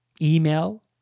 email